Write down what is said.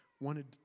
Wanted